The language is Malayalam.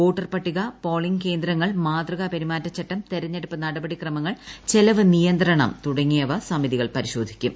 വോട്ടർ പട്ടിക പോളിംഗ് കേന്ദ്രങ്ങൾ മാതൃകാ പെരുമാറ്റചട്ടം തെരഞ്ഞെടുപ്പ് നടപടിക്രമങ്ങൾ ചെലവ് നിയന്ത്രണം തുടങ്ങിയവ സമിതികൾ പരിശോധിക്കും